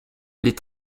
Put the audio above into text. les